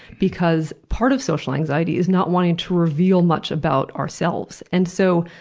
because part of social anxiety is not wanting to reveal much about ourselves. and so,